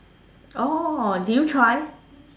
orh did you try